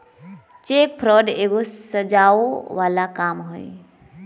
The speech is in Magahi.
चेक फ्रॉड एगो सजाओ बला काम हई